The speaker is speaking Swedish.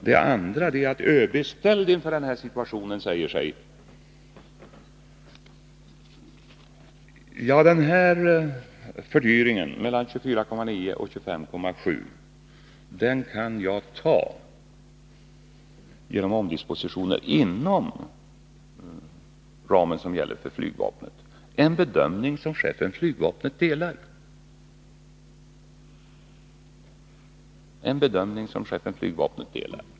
Det andra är att ÖB, ställd inför den här situationen, säger sig: Den här fördyringen, från 24,9 till 25,7 miljarder, kan jag ta genom att göra omdispositioner inom den anslagsram som gäller för flygvapnet. Det är en bedömning som chefen för flygvapnet delar.